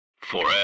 Forever